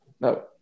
No